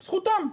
זכותם.